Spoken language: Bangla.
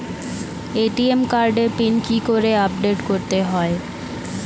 এ.টি.এম কার্ডের পিন কি করে আপডেট করতে হয়?